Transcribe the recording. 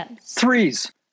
Threes